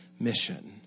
mission